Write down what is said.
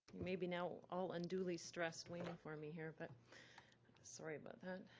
maybe now all unduly stressed waiting for me here, but sorry about that.